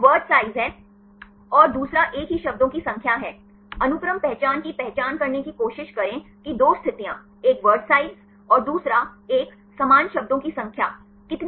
तो word size है और दूसरा एक ही शब्दों की एक संख्या है अनुक्रम पहचान की पहचान करने की कोशिश करें कि दो स्थितियां एक वर्ड साइज और दूसरा एक समान शब्दों की संख्या कितनी बार समान शब्द दिखाई देते हैं अलग अलग स्थानों पर अलग